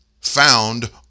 found